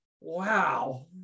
wow